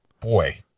boy